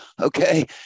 okay